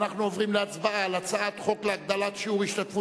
אנחנו עוברים להצבעה על הצעת חוק להגדלת שיעור ההשתתפות